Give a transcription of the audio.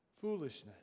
foolishness